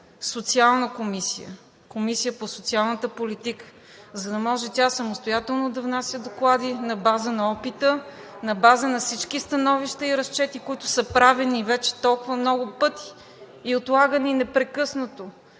Социална комисия, Комисия по социалната политика, за да може тя самостоятелно да внася доклади на база на опита, на база на всички становища и разчети, които са правени вече толкова много пъти и отлагани непрекъснато,